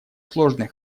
сложный